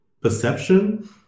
perception